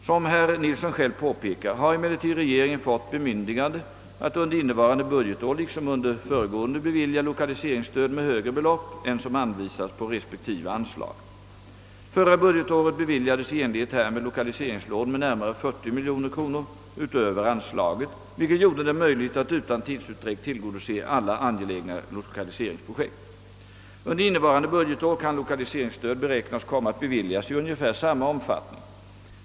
Som herr Nilsson själv påpekar har emellertid regeringen fått bemyndigande att under innevarande budgetår liksom under föregående bevilja lokaliseringsstöd med högre belopp än som anvisats på respektive anslag. Förra budgetåret beviljades i enlighet härmed lokaliseringslån med närmare 40 miljoner kronor utöver anslaget, vilket gjorde det möjligt att utan tidsutdräkt tillgodose alla angelägna lokaliseringsprojekt. Under innevarande budgetår kan lokaliseringsstöd beräknas komma att beviljas i ungefär samma omfattning.